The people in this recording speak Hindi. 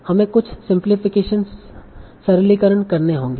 हमें कुछ सिम्प्लिफीकेशन सरलीकरण करने होंगे